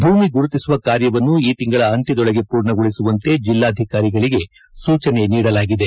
ಭೂಮಿ ಗುರುತಿಸುವ ಕಾರ್ಯವನ್ನು ಈ ತಿಂಗಳ ಅಂತ್ಯದೊಳಗೆ ಪೂರ್ಣಗೊಳಿಸುವಂತೆ ಜಿಲ್ಲಾಧಿಕಾರಿಗಳಿಗೆ ಸೂಚನೆ ನೀಡಲಾಗಿದೆ